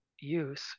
use